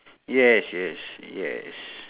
yes yes yes